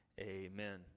Amen